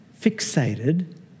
fixated